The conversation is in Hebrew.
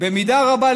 במידה רבה,